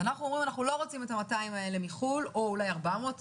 ואולי יש עוד 400,